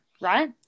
right